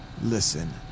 Listen